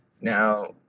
Now